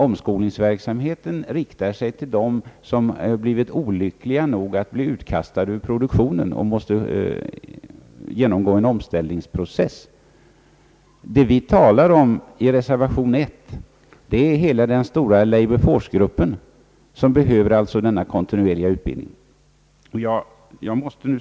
Omskolningsverksamheten riktar sig till dem som blivit olyckliga nog att kastas ut ur produktionen och måste genomgå en omställningsprocess. Det vi talar om i reservation nr 1 är hela den stora Labour-force-gruppen, som behöver en kontinuerlig fortoch vidareutbildning.